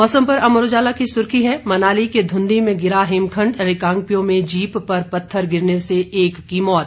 मौसम पर अमर उजाला की सुर्खी है मनाली के धुंधी में गिरा हिमखंड रिकांगपिओ में जीप पर पत्थर गिरने से एक की मौत